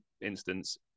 instance